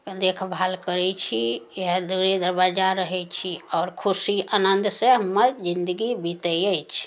देखभाल करै छी इएह देब दरबजा रहै छी और खुशी आनन्द से हमर जिन्दगी बितै अछि